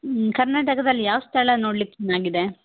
ಕರ್ನಾಟಕದಲ್ಲಿ ಯಾವ ಸ್ಥಳ ನೋಡ್ಲಿಕ್ಕೆ ಚೆನಾಗಿದೆ